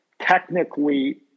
technically